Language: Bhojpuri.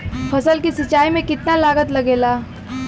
फसल की सिंचाई में कितना लागत लागेला?